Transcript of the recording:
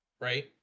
right